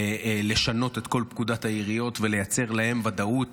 לשנות את כל פקודת העיריות ולייצר להן ודאות